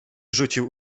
rzucił